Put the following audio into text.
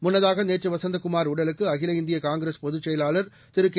முன்னதாக நேற்று வசந்தகுமார் உடலுக்கு அகில இந்திய காங்கிரஸ் பொதுச் செயவாளர் திரு கே